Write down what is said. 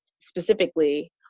specifically